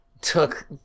took